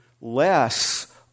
less